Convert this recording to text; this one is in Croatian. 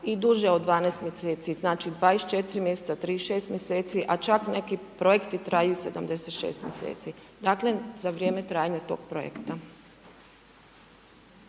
i duže od 12 mjeseci, znači 24 mjeseca, 36 mjeseci, a čak neki projekti traju i 76 mjeseci. Dakle, za vrijeme trajanja tog projekta.